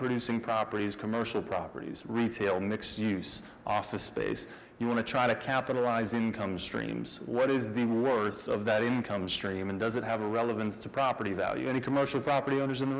producing properties commercial properties retail mixed use office space you want to try to capitalize income streams what is the worth of that income stream and does it have a relevance to property value any commercial property owners in the